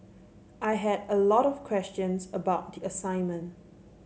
I had a lot of questions about the assignment